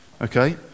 okay